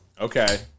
Okay